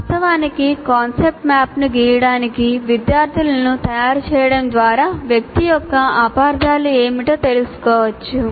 వాస్తవానికి కాన్సెప్ట్ మ్యాప్ను గీయడానికి విద్యార్థులను తయారు చేయడం ద్వారా వ్యక్తి యొక్క అపార్థాలు ఏమిటో తెలుసుకోవచ్చు